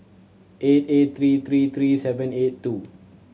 eight eight three three three seven eight two